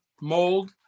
mold